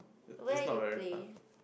it's not very fun